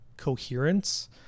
coherence